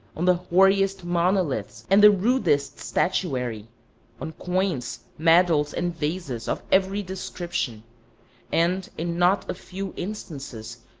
on the hoariest monoliths and the rudest statuary on coins, medals, and vases of every description and, in not a few instances,